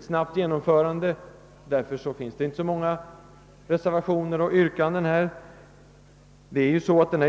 snabbt genomförs. Det föreligger därför inte så många reservationer och säryrkanden i detta sammanhang.